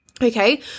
Okay